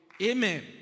Amen